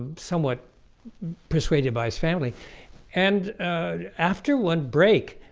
somewhat persuaded by his family and after one break